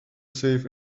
safe